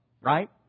Right